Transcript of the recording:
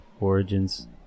Origins